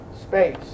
space